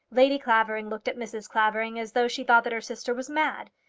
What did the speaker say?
lady clavering looked at mrs. clavering as though she thought that her sister was mad.